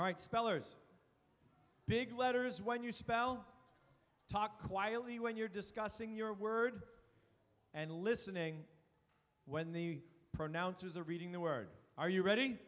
all right spellers big letters when you spell talk quietly when you're discussing your word and listening when the pronouncers are reading the words are you ready